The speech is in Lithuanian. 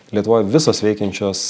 lietuvoj visos veikiančios